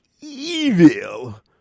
evil